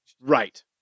Right